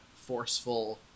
forceful